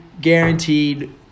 guaranteed